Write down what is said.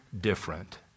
different